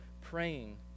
praying